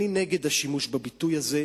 אני נגד השימוש בביטוי הזה.